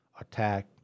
attack